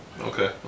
Okay